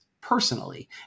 personally